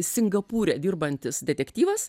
singapūre dirbantis detektyvas